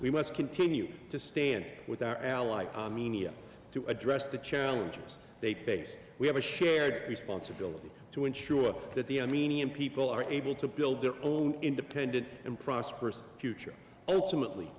we must continue to stand with our allies to address the challenges they face we have a shared responsibility to ensure that the i mean people are able to build their own independent and prosperous future ultimately